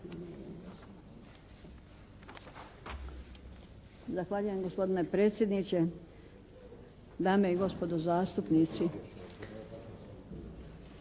Zahvaljujem gospodine predsjedniče. Dame i gospodo zastupnici.